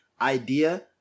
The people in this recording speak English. idea